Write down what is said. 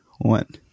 one